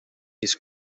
his